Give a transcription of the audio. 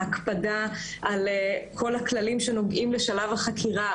ההקפדה על כל הכללים שנוגעים לשלב החקירה,